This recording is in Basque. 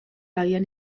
abian